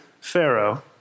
Pharaoh